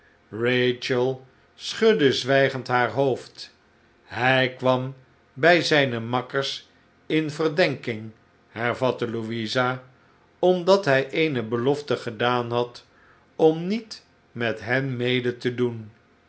schudde zwijgend haar hoofd hij kwam bij zijne makkers in verdenking hervatte louisa omdat hij eene belofte geafspeaak tusschen tom en stephen daan had om niet met hen mede t e doen